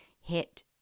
hit